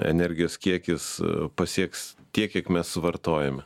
energijos kiekis pasieks tiek kiek mes suvartojame